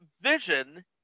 Vision